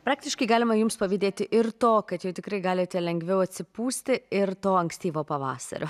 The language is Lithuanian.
praktiškai galima jums pavydėti ir to kad jau tikrai galite lengviau atsipūsti ir to ankstyvo pavasario